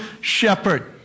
shepherd